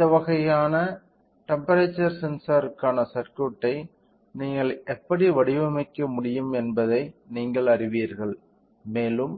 இந்த வகையான டெம்ப்பெரேச்சர் சென்சாருக்கான சர்க்யூட்டை நீங்கள் எப்படி வடிவமைக்க முடியும் என்பதை நீங்கள் அறிவீர்கள் மேலும்